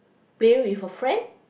playing with a friend